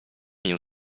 mnie